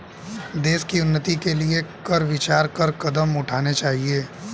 देश की उन्नति के लिए कर विचार कर कदम उठाने चाहिए